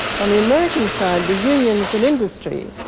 on the american side, the unions and industry,